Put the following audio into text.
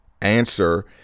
answer